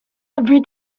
every